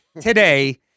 today